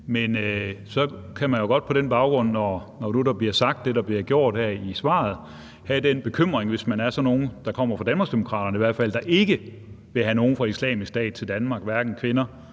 Men så kan man jo godt på den baggrund, når nu der bliver sagt det, der bliver her i svaret, have en bekymring – hvis man er sådan en, der kommer fra Danmarksdemokraterne i hvert fald, og som ikke vil have nogen fra Islamisk Stat til Danmark, hverken kvinder